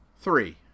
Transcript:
Three